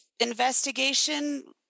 investigation